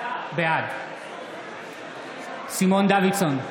בעד סימון דוידסון,